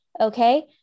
Okay